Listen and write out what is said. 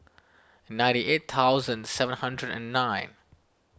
ninety eight thousand seven hundred and nine